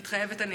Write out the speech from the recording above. מתחייבת אני